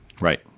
Right